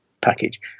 package